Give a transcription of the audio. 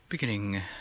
Beginning